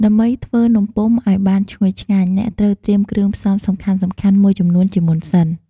ដើម្បីធ្វើនំពុម្ពឱ្យបានឈ្ងុយឆ្ងាញ់ អ្នកត្រូវត្រៀមគ្រឿងផ្សំសំខាន់ៗមួយចំនួនជាមុនសិន។